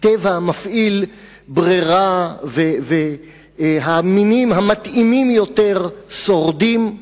הטבע מפעיל ברירה והמינים המתאימים יותר שורדים.